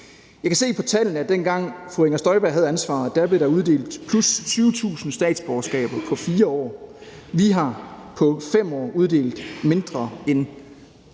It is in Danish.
Jeg kan se på tallene, at dengang fru Inger Støjberg havde ansvaret, blev der uddelt +20.000 statsborgerskaber på 4 år. Vi har på 5 år har uddelt mindre end